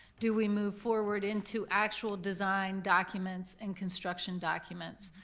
do we move forward into actual design documents and construction documents,